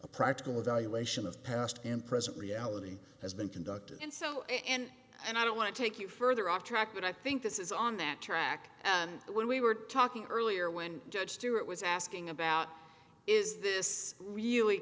a practical evaluation of past and present reality has been conducted and so and and i don't want to take you further off track but i think this is on that track and when we were talking earlier when judge stewart was asking about is this really